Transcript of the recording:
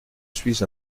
suis